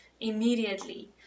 immediately